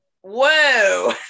whoa